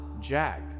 jack